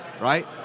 right